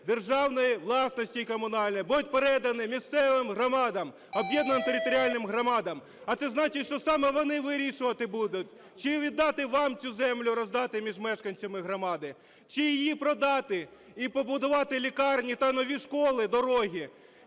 державної власності і комунальної будуть передані місцевим громадам, об'єднаним територіальним громадам. А це значить, що саме вони вирішувати будуть, чи віддати вам цю землю, роздати між мешканцями громади, чи її продати і побудувати лікарні та нові школи, дороги,